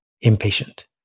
impatient